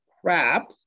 crap